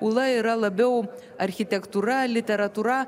ūla yra labiau architektūra literatūra